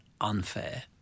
unfair